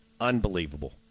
Unbelievable